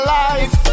life